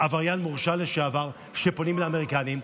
עבריין מורשע לשעבר שפונים לאמריקנים?